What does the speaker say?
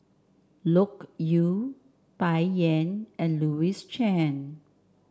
Loke Yew Bai Yan and Louis Chen